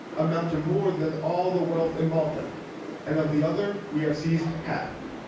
amount to more than all the wealth in malta and of the other we have seized half.